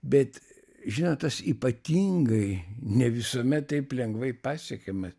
bet žinot tas ypatingai ne visuomet taip lengvai pasiekiama